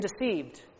deceived